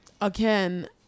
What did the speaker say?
Again